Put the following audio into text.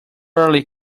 early